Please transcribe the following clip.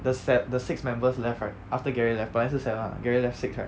the sev~ the six members left right after gary left 本来是 seven [what] gary left six right